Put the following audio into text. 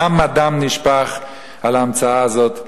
כמה דם נשפך על ההמצאה הזאת,